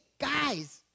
guys